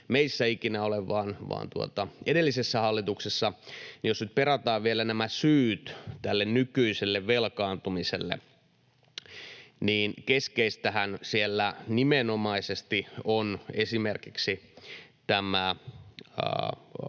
meissä ikinä ole vaan edellisessä hallituksessa — ja jos nyt perataan vielä nämä syyt tälle nykyiselle velkaantumiselle, niin keskeistähän siellä nimenomaisesti on esimerkiksi tämä